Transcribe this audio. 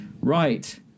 Right